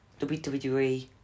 WWE